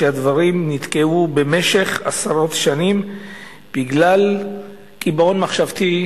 היא שהדברים נתקעו במשך עשרות שנים בגלל קיבעון מחשבתי,